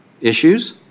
issues